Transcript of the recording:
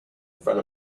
front